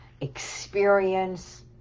experience